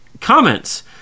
comments